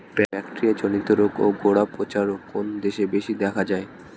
Bacteria জনিত রোগ ও গোড়া পচা রোগ কোন দেশে বেশি দেখা যায়?